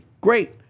Great